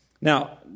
Now